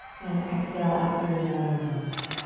and exhale out through the nose or mouth.